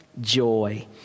joy